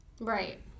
Right